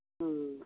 ꯎꯝ